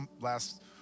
last